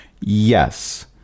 Yes